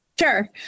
Sure